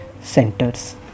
centers